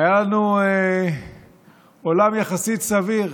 היה לנו עולם יחסית סביר.